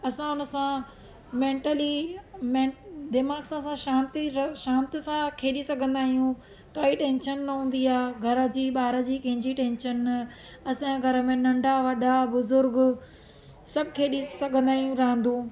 असां हुन सां मैंटली मै दिमाग़ स सां शांती सां खेॾी सघंदा आहियूं काई टैंशन न हूंदी आहे घर जी ॿार जी कंहिंजी टैंशन असांजे घर में नंढा वॾा बुज़ूर्ग सब खेॾी सघंदा आहियूं रांधूं